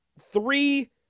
three